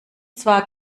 zwar